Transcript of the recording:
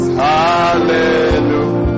hallelujah